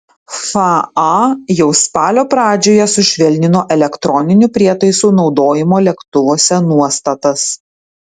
faa jau spalio pradžioje sušvelnino elektroninių prietaisų naudojimo lėktuvuose nuostatas